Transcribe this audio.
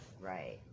Right